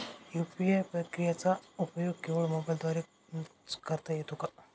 UPI प्रक्रियेचा उपयोग केवळ मोबाईलद्वारे च करता येतो का?